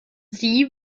sie